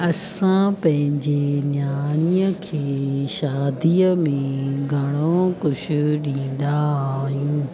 असां पंहिंजी न्याणीअ खे शादीअ में घणो कुझु ॾींदा आहियूं